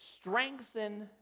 strengthen